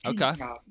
Okay